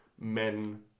men